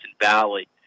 Valley